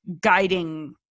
guiding